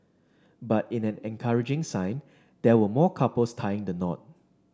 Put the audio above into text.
but in an encouraging sign there were more couples tying the knot